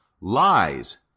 Lies